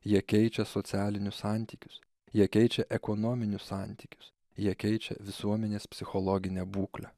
jie keičia socialinius santykius jie keičia ekonominius santykius jie keičia visuomenės psichologinę būklę